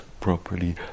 properly